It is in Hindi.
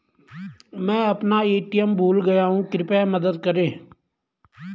मैं अपना ए.टी.एम भूल गया हूँ, कृपया मदद करें